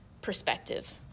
perspective